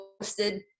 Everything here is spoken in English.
posted